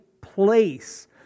place